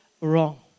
wrong